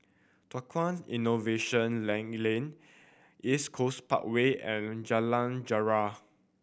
Tukang Innovation Lane East Coast Parkway and Jalan Jarak